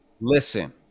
listen